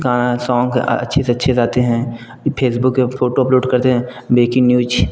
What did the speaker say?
गाना सोंग अच्छे से अच्छे आते हैं फेसबुक पर फोटो अपलोट करते हैं बेकिंग न्यूज